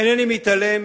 אינני מתעלם